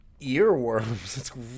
earworms